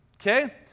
okay